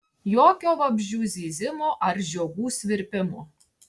jokio vabzdžių zyzimo ar žiogų svirpimo